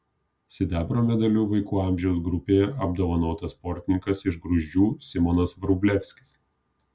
sidabro medaliu vaikų amžiaus grupėje apdovanotas sportininkas iš gruzdžių simonas vrublevskis